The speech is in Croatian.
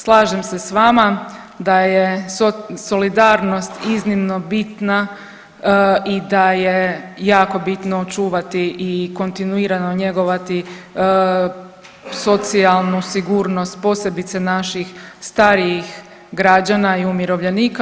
Slažem se s vama da je solidarnost iznimno bitna i da je jako bitno čuvati i kontinuirano njegovati socijalnu sigurnost, posebice naših starijih građana i umirovljenika.